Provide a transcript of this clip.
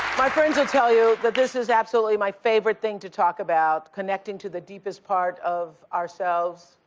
my friends will tell you that this is absolutely my favorite thing to talk about, connecting to the deepest part of ourselves,